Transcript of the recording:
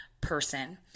person